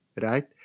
right